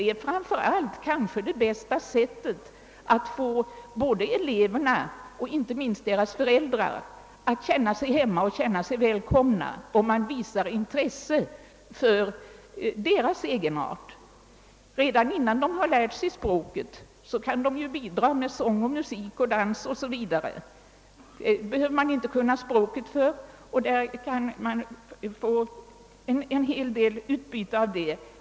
Det är kanske det bästa sättet både att få eleverna och inte minst deras föräldrar att känna sig hemma och känna sig välkomna, om man visar intresse för deras egenart. Redan innan de har lärt sig språket kan de ju bidra med sång och musik och dans 0. s. v. Det behöver man inte kunna språket för. Man kan få en hel del utbyte av det.